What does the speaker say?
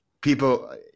people